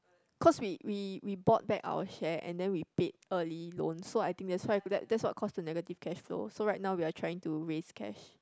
cause we we we bought back our share and then we paid early loans so I think that's why that that's what caused the negative cashflow so right now we're trying to raise cash